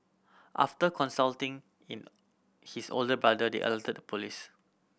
after consulting in his older brother they alerted the police